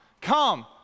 come